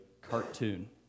cartoon